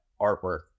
artwork